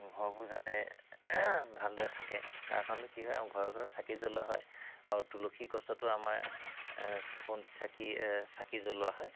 ঘৰবোৰ যাতে ভালদৰে থাকে তাৰ কাৰণে কি হয় ঘৰে ঘৰে চাকি জ্বলোৱা হয় আৰু তুলসী গছতো আমাৰ বন্তি চাকি চাকি জ্বলোৱা হয়